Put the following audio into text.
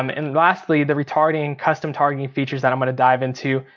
um and lastly the retargeting, custom targeting features that i'm gonna dive into.